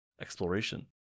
exploration